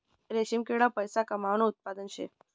रेशीम किडा पैसा कमावानं उत्पादन शे